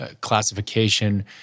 classification